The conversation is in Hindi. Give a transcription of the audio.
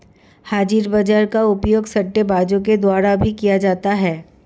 हाजिर बाजार का उपयोग सट्टेबाजों द्वारा भी किया जाता है